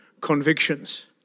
convictions